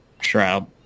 Shroud